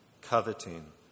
coveting